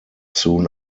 soon